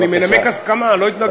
אני מנמק הסכמה, לא התנגדות.